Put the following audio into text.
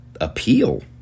appeal